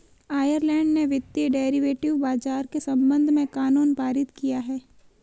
Ireland ने वित्तीय derivative बाजार के संबंध में कानून पारित किया है